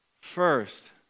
first